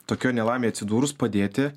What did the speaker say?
tokioj nelaimėj atsidūrus padėti